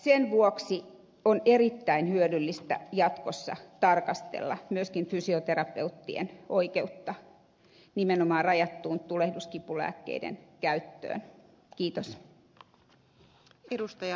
sen vuoksi on erittäin hyödyllistä jatkossa tarkastella myöskin fysioterapeuttien oikeutta nimenomaan rajattuun tulehduskipulääkkeiden käyttöön